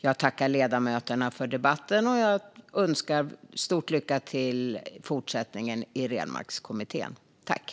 Jag tackar ledamöterna för debatten och önskar stort lycka till i Renmarkskommittén i fortsättningen.